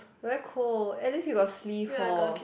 very cold at least you got sleeve hor